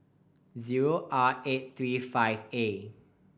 zero R eight three five A